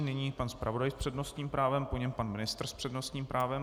Nyní pan zpravodaj s přednostním právem, po něm pan ministr s přednostním právem.